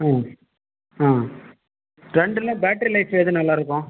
ம் ஆ ரெண்டில் பேட்ரி லைஃப் எது நல்லாருக்கும்